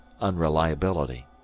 unreliability